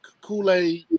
Kool-Aid